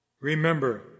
Remember